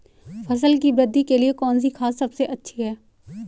फसल की वृद्धि के लिए कौनसी खाद सबसे अच्छी है?